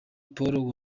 paul